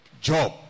job